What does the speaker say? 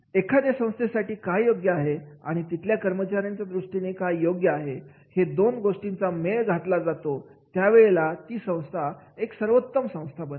एखाद्या संस्थेसाठी काय योग्य आहे आणि तिथल्या कर्मचाऱ्यांच्या दृष्टीनेही काय योग्य आहे या दोन गोष्टींचा जेव्हा मेळ घातला जातो त्या वेळेला ती संस्था एक सर्वोत्तम संस्था असते